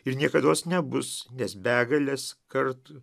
ir niekados nebus nes begales kartų